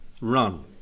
run